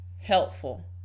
helpful